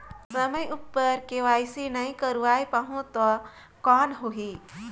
समय उपर के.वाई.सी नइ करवाय पाहुं तो कौन होही?